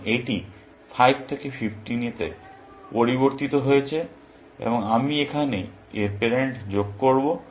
কারণ এটি 5 থেকে 15 তে পরিবর্তিত হয়েছে আমি এখানে এর প্যারেন্ট যোগ করব